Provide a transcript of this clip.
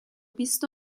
بیست